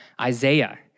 Isaiah